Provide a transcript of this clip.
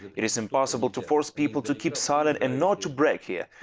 it is impossible to force people to keep silent and not to brag here,